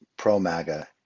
pro-MAGA